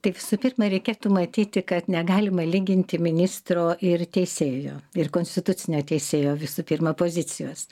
tai visų pirma reikėtų matyti kad negalima lyginti ministro ir teisėjo ir konstitucinio teisėjo visų pirma pozicijos